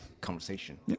conversation